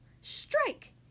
strike